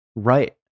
right